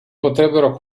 potrebbero